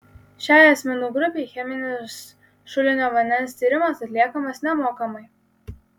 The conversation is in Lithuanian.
šiai asmenų grupei cheminis šulinio vandens tyrimas atliekamas nemokamai